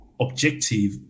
objective